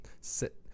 sit